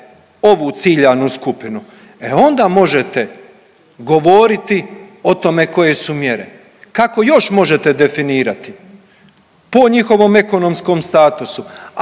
ovu ciljanu skupinu, e onda možete govori koje o tome koje su mjere. Kako još možete definirati? Po njihovom ekonomskom statusu,